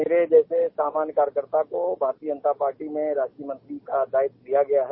मेरे जैसे सामान्य कार्यकर्ता को भारतीय जनता पार्टी ने राष्ट्रीय मंत्री का दायित्व दिया गया हैं